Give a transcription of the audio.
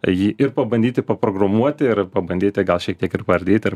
jį ir pabandyti programuoti ir pabandyti gal šiek tiek ir paardyt ir